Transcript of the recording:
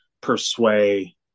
persuade